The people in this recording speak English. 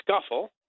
scuffle